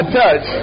touch